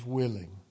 willing